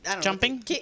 jumping